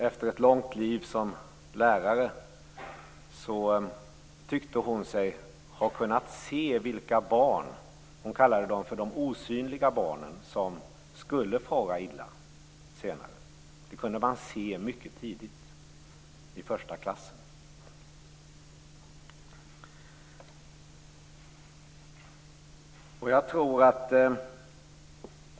Efter ett långt liv som lärare tyckte hon sig ha kunnat se vilka barn - hon talade om de osynliga barnen - som senare i livet skulle fara illa. Det kunde man se mycket tidigt, redan i första klass.